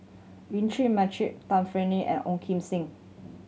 Yuen Peng McNeice Tan Fern and Ong Kim Seng